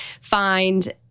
find